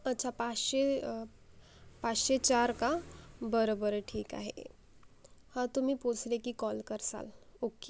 अच्छा पाश्शे पाश्शे चार का बरं बरं ठीक आहे हं तुम्मी पोसले की कॉल करसाल ओके